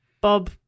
Bob